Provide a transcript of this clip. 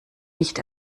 nicht